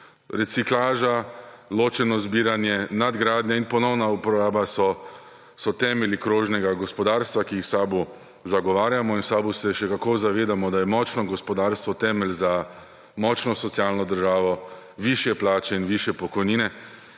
Reciklaža, ločeno zbiranje, nadgradnje in ponovno uporaba so temelji krožnega gospodarstva, ki jih v SAB zagovarjamo in v SAB se še kako zavedamo, da je močno gospodarstvo temelj za močno socialno državo, višje plače in višje pokojnine,